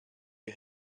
you